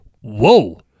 whoa